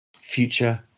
Future